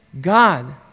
God